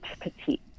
petite